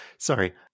Sorry